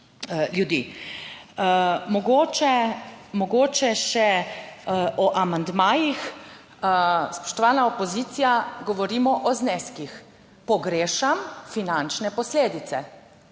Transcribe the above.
Mogoče še o amandmajih. Spoštovana opozicija, govorimo o zneskih, pogrešam finančne posledice